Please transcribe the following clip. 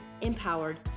Empowered